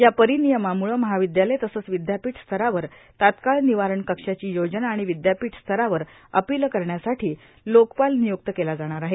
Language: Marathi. या परिनियमाम्ळं महाविदयालय तसंच विद्यापीठ स्तरावर तात्काळ निवारण कक्षाची योजना आणि विद्यापीठ स्तरावर अपील करण्यासाठी लोकपाल नियुक्त केला जाणार आहे